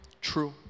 true